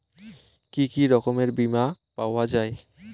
কি কি রকমের বিমা পাওয়া য়ায়?